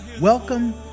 Welcome